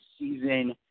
season